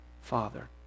Father